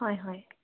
হয় হয়